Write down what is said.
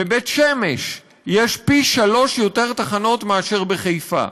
בבית-שמש יש פי-שלושה תחנות מאשר בחיפה,